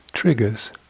Triggers